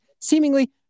seemingly